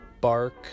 bark